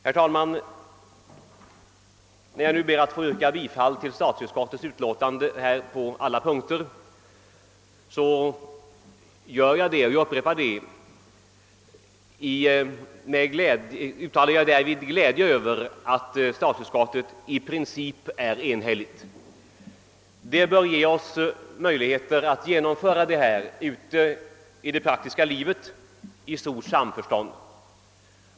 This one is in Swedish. Herr talman! När jag nu ber att få yrka bifall till statsutskottets förslag här på alla punkter uttalar jag glädje över att statsutskottet i princip är enhälligt. Det bör ge oss möjligheter att genomföra detta ute i det praktiska livet i stort samförstånd.